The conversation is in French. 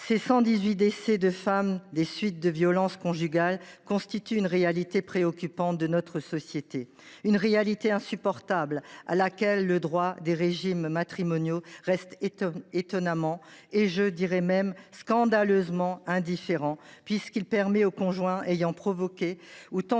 Les 118 décès de femmes survenus en 2022 des suites de violences conjugales constituent une réalité préoccupante de notre société, une réalité insupportable, à laquelle le droit des régimes matrimoniaux reste étonnamment – scandaleusement – indifférent, puisqu’il permet au conjoint ayant provoqué ou tenté de